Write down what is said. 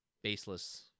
baseless